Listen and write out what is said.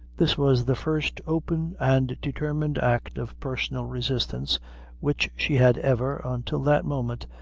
this was the first open and determined act of personal resistance which she had ever, until that moment,